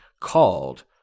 called